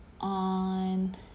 on